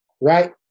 right